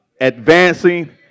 Advancing